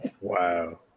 Wow